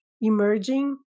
emerging